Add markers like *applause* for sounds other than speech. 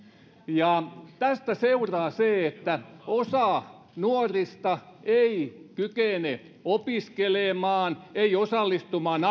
ja tästä seuraa se että osa nuorista ei kykene opiskelemaan ei osallistumaan *unintelligible*